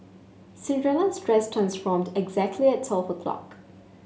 Cinderella's dress transformed exactly at twelve o'clock